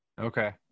Okay